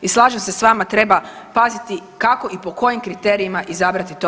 I slažem se s vama treba paziti kako i po kojim kriterijima izabrati to